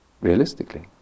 Realistically